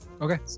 Okay